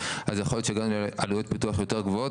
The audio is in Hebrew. אז יכול להיות שגם עלויות פיתוח יותר גבוהות,